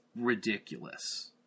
ridiculous